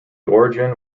origin